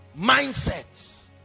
Mindsets